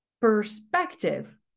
perspective